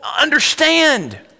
understand